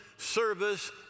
service